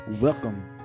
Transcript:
Welcome